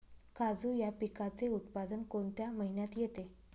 काजू या पिकाचे उत्पादन कोणत्या महिन्यात येते?